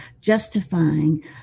justifying